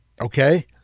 okay